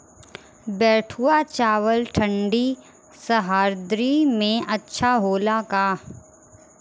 बैठुआ चावल ठंडी सह्याद्री में अच्छा होला का?